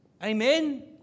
Amen